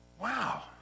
Wow